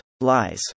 lies